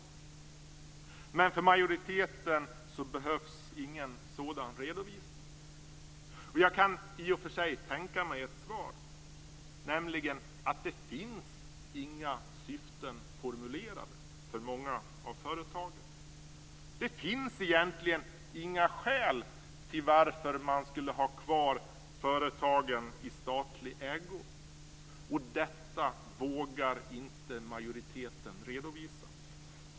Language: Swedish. Men för majoriteten behövs ingen sådan redovisning. Jag kan i och för sig tänka mig ett svar, nämligen att det inte finns några syften formulerade för många av företagen. Det finns egentligen inga skäl till varför man skulle ha kvar företagen i statlig ägo. Detta vågar inte majoriteten redovisa.